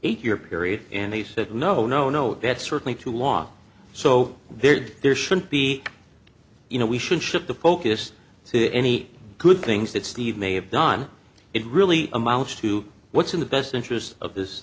eight year period and they said no no no that's certainly to law so there'd there should be you know we should shift the focus to any good things that steve may have done it really amounts to what's in the best interest of this